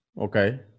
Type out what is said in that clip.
Okay